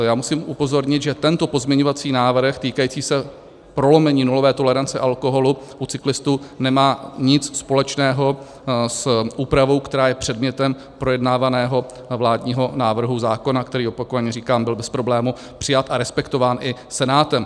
Já musím upozornit, že tento pozměňovací návrh týkající se prolomení nulové tolerance alkoholu u cyklistů nemá nic společného s úpravou, která je předmětem projednávaného vládního návrhu zákona, který, opakovaně říkám, byl bez problému přijat a respektován i Senátem.